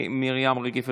מירי מרים רגב,